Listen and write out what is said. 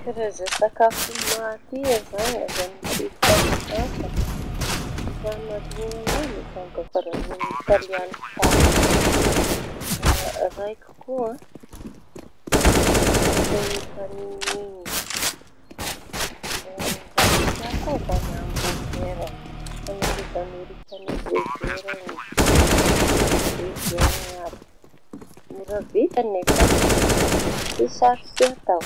Karaza tsakafo mahalia zañy avy amy kolo-tsaiña hafa. Ny raha mahaliaña añahy ny fomba fahandro italiana paty da raiky koa raiky atao panini iñy da raiky tiako koa zañy amborgera. Fañahiva amerikany amborgera iñy amborgera iñy aby mora vita nefa tsy sarotsy atao.